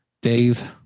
Dave